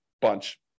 bunch